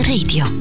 Radio